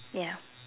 ya